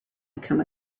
become